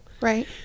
Right